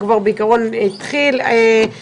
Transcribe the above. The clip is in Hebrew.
אני